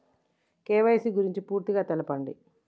KYC గురించి పూర్తిగా తెలపండి?